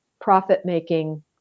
profit-making